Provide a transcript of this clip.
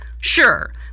Sure